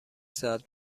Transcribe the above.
ساعت